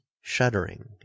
shuddering